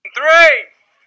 three